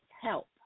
help